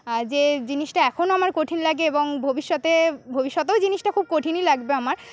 আর যে জিনিসটা এখনও আমার কঠিন লাগে এবং ভবিষ্যতে ভবিষ্যতেও জিনিসটা খুব কঠিনই লাগবে আমার